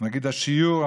מגיד השיעור,